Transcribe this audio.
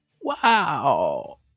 Wow